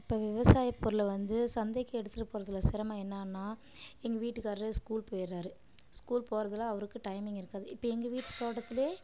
இப்போ விவசாய பொருளை வந்து சந்தைக்கு எடுத்துட்டு போகிறதுல சிரமம் என்னனா எங்கள் வீட்டுக்கார் ஸ்கூல் போயிடுராரு ஸ்கூல் போகிறதுல அவருக்கு டைமிங் இருக்காது இப்போ எங்கள் வீட்டு தோட்டத்துலேயே